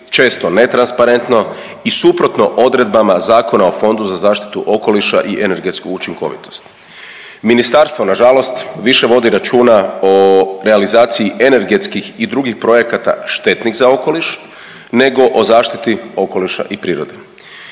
često netransparentno i suprotno odredbama Zakona o Fondu za zaštitu okoliša i energetsku učinkovitost. Ministarstvo nažalost više vodi računa o realizaciji energetskih i drugih projekata štetnih za okoliš nego o zaštiti okoliša i prirode,